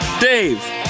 Dave